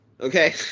okay